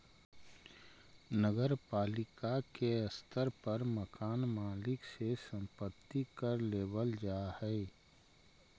नगर पालिका के स्तर पर मकान मालिक से संपत्ति कर लेबल जा हई